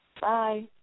Bye